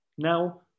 Now